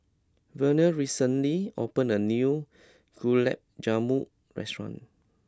Verner recently opened a new Gulab Jamun Restaurant